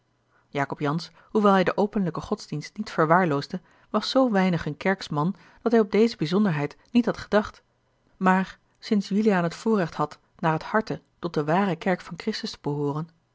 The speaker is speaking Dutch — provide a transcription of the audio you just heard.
jacob jansz hoewel hij de openlijke godsdienst niet verwaarloosde was zoo weinig een kerksch man dat hij op deze bijzonderheid niet had gedacht maar sinds juliaan het voorrecht had naar het harte tot de ware kerk van christus te behooren